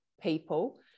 people